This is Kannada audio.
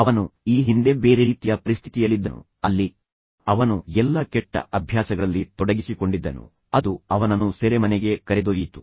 ಅವನು ಈ ಹಿಂದೆ ಬೇರೆ ರೀತಿಯ ಪರಿಸ್ಥಿತಿಯಲ್ಲಿದ್ದನು ಅಲ್ಲಿ ಅವನು ಎಲ್ಲಾ ಕೆಟ್ಟ ಅಭ್ಯಾಸಗಳಲ್ಲಿ ತೊಡಗಿಸಿಕೊಂಡಿದ್ದನು ಅದು ಅವನನ್ನು ಸೆರೆಮನೆಗೆ ಕರೆದೊಯ್ಯಿತು